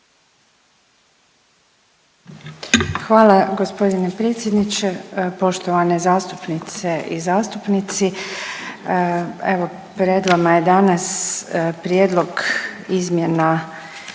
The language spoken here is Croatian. Hvala g. predsjedniče. Poštovane zastupnice i zastupnici, evo pred vama je danas Prijedlog izmjena